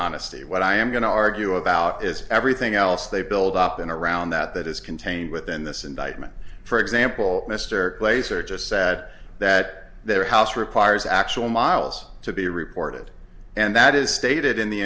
honesty what i am going to argue about is everything else they build up in around that that is contained within this indictment for example mr placer just sat that their house requires actual models to be reported and that is stated in the